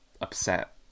upset